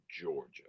Georgia